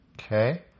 Okay